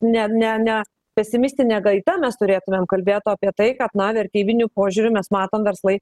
ne ne ne pesimistine gaida mes turėtumėm kalbėt o apie tai kad na vertybiniu požiūriu mes matom verslai